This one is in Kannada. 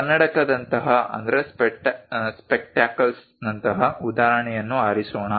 ಕನ್ನಡಕದಂತಹ ಉದಾಹರಣೆಯನ್ನು ಆರಿಸೋಣ